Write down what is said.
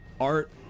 art